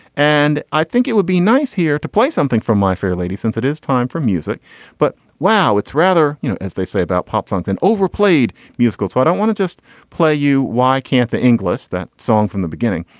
and i think it would be nice here to play something from my fair lady since it is time for music but wow it's rather as they say about pop songs and overplayed musical. so i don't want to just play you. why can't the english that song from the beginning.